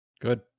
Good